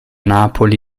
napoli